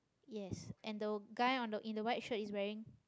yes and the guy on the in the white shirt is wearing